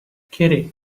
kitty